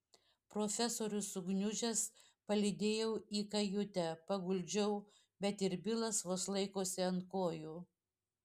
profesorius sugniužęs palydėjau į kajutę paguldžiau bet ir bilas vos laikosi ant kojų